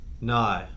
No